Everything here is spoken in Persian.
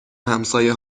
همسایه